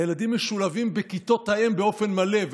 הילדים משולבים בכיתות האם באופן מלא,